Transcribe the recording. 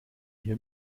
hier